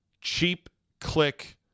cheap-click